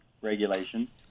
regulation